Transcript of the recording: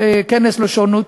כנס על שונוּת,